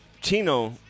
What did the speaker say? Chino